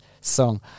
song